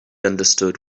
understood